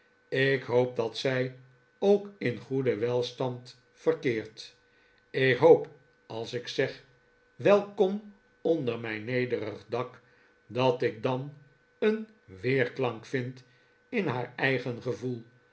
ik hoop dat zij ook in goeden welstand verkeert ik hoop als ik zeg welkom onder mijn nederig dak dat ik dan een weerklank vind in haar eigen gevoel